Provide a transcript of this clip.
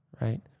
right